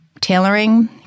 tailoring